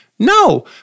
No